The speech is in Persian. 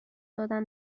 دادن